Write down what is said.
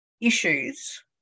issues